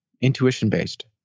intuition-based